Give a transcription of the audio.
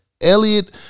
Elliot